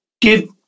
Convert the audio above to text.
give